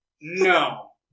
No